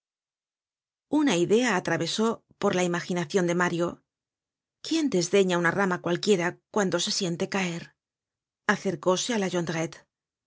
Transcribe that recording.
una idea atravesó por la imaginacion de mario quién desdeña una rama cualquiera cuando se siente caer acercóse á la